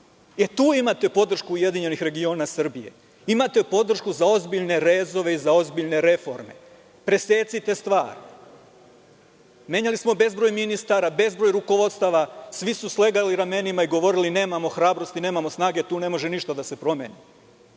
Tu imate podršku URS. Imate podršku za ozbiljne rezove i za ozbiljne reforme. Presecite stvar. Menjali smo bezbroj ministar, bezbroj rukovodstava. Svi su slegali ramenima i govorili – nemamo hrabrosti, nemamo snage, tu ne može ništa da se promeni.